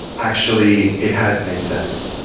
actually it has made sense.